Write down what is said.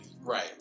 Right